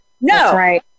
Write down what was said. No